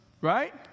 right